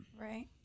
Right